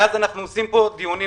מאז אנחנו עושים פה דיונים.